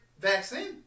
vaccine